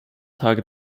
tage